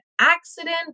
accident